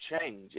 change